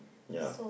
ya